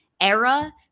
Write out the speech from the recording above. era